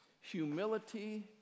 humility